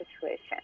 situation